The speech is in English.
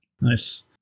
Nice